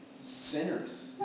sinners